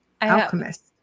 Alchemist